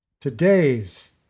Today's